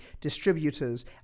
distributors